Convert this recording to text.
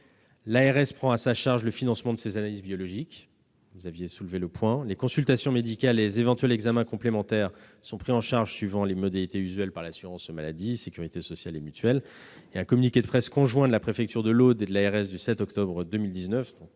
L'ARS prend à sa charge le financement de ces analyses biologiques. Les consultations médicales et les éventuels examens complémentaires sont pris en charge suivant les modalités usuelles par l'assurance maladie- sécurité sociale et mutuelles. Un communiqué de presse conjoint de la préfecture de l'Aude et de l'ARS du 7 octobre 2019